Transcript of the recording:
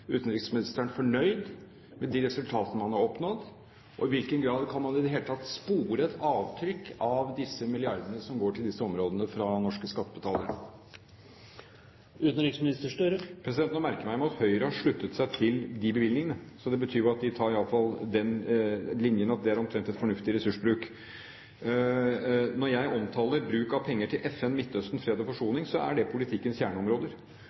utenriksministeren fornøyd med de resultatene man har oppnådd? I hvilken grad kan man i det hele tatt spore et avtrykk av disse milliardene som går til disse områdene fra norske skattebetalere? Nå merker jeg meg jo at Høyre har sluttet seg til de bevilgningene. Så det betyr at de tar i alle fall den linjen at det omtrent er en fornuftig ressursbruk. Når jeg omtaler bruk av penger til FN, Midtøsten, fred og forsoning, så er det politikkens kjerneområder,